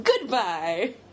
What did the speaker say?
Goodbye